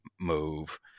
move